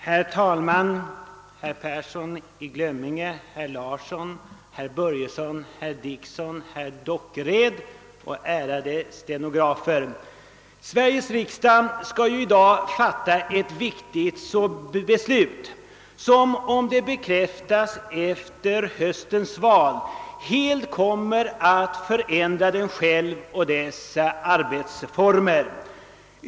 Herr talman! Herrar Börjesson i Glömminge, Larsson i Luttra, Börjesson i Falköping, Dickson och Dockered! Fru Marklund! Ärade = stenografer! Sveriges riksdag skall ju i dag fatta ett viktigt beslut som, om det bekräftas efter höstens val, helt kommer att förändra riksdagen och dess arbetsformer.